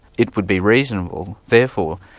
it would be reasonable, therefore,